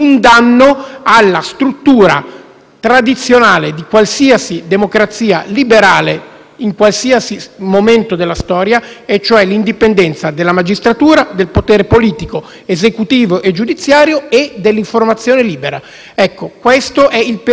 tradizionale di qualsiasi democrazia liberale in qualsiasi momento della storia. Sto parlando dell'indipendenza della magistratura, del potere politico, esecutivo e giudiziario e dell'informazione libera. Questo è il pericolo che oggi corriamo, che c'è in quelle parole.